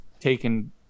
taken